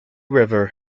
river